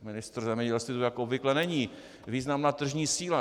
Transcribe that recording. Ministr zemědělství tu jako obvykle není významná tržní síla.